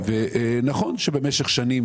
שבמשך שנים,